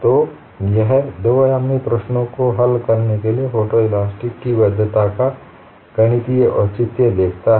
तो यह दो आयामी प्रश्नों को हल करने के लिए फोटोइलास्टिक की वैधता का गणितीय औचित्य देता है